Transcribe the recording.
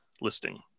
listing